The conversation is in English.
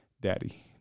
Daddy